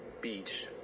beach